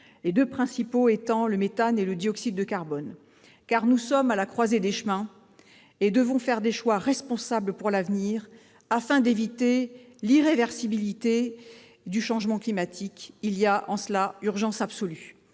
les deux principaux étant le méthane et le dioxyde de carbone. Nous sommes en effet à la croisée des chemins et devons faire des choix responsables pour l'avenir afin d'éviter l'irréversibilité du changement climatique. Il y a, en cela, urgence absolue